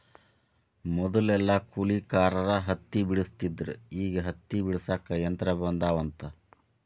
ಮದಲೆಲ್ಲಾ ಕೂಲಿಕಾರರ ಹತ್ತಿ ಬೆಡಸ್ತಿದ್ರ ಈಗ ಹತ್ತಿ ಬಿಡಸಾಕುನು ಯಂತ್ರ ಬಂದಾವಂತ